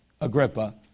Agrippa